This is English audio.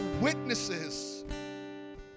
witnesses